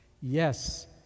Yes